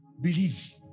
believe